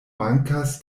mankas